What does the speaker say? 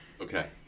Okay